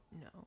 No